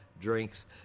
drinks